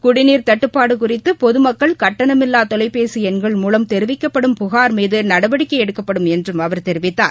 குடிநீர் தட்டுபாடு குறித்து பொதுமக்கள் கட்டணமில்லா தொலைபேசி எண்கள் மூலம் தெரிவிக்கப்படும் புகார் மீது நடவடிக்கை எடுக்கப்படும் என்றும் அவர் தெரிவித்தார்